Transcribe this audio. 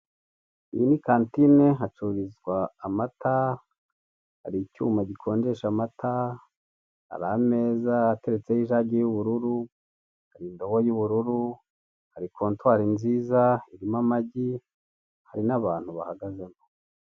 Iyi ni kantine hacururizwa amata, hari icyuma gikonjesha amata, hari ameza ateretseho ijagi y'ubururu indobo y'ubururu hari kontwari nziza irimo amagi hari n'abantu bahagazemo.